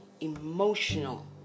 emotional